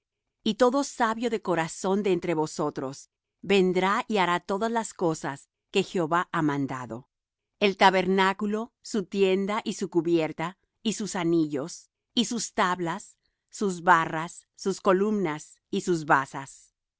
y todo sabio de corazón de entre vosotros vendrá y hará todas las cosas que jehová ha mandado el tabernáculo su tienda y su cubierta y sus anillos y sus tablas sus barras sus columnas y sus basas